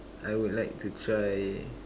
I would like to try